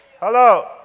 hello